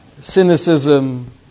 Cynicism